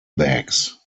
bags